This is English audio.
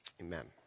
amen